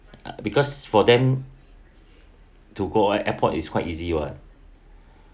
because for them to go air~ airport is quite easy [what]